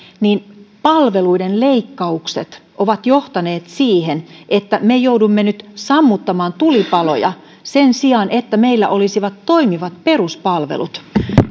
että palveluiden leikkaukset ovat johtaneet siihen että me joudumme nyt sammuttamaan tulipaloja sen sijaan että meillä olisi toimivat peruspalvelut